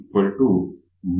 1pF